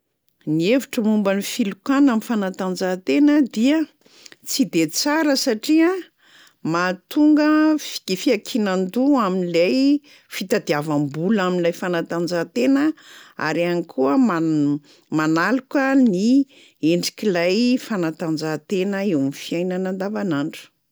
Ny hevitro momba ny filokana am'fanatanjahantena dia tsy de tsara satria mahatonga fik- fiankinan-doha am'lay fitadiavam-bola am'lay fanatanjahantena ary ihany koa man- manaloka ny endrik'lay fantanjahantena eo am'fiainana andavanandro.